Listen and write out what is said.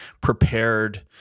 prepared